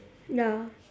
ya